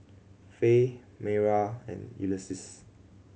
Fay Mayra and Ulysses